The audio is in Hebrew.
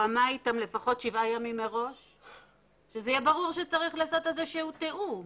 שהוא גם